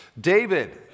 David